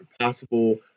possible